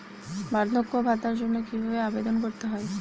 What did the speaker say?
বার্ধক্য ভাতার জন্য কিভাবে আবেদন করতে হয়?